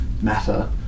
matter